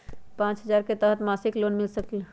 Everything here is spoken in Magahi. पाँच हजार के तहत मासिक लोन मिल सकील?